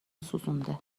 سوزونده